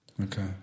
Okay